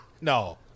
No